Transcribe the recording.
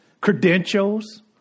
credentials